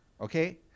okay